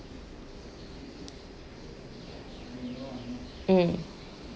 mm